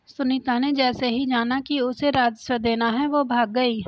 सुनीता ने जैसे ही जाना कि उसे राजस्व देना है वो भाग गई